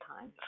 time